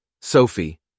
Sophie